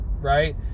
Right